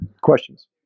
Questions